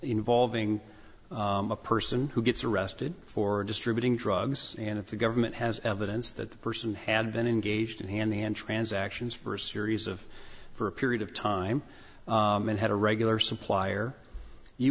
involving a person who gets arrested for distributing drugs and if the government has evidence that the person had been engaged in handyman transactions for a series of for a period of time and had a regular supplier you